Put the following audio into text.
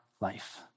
life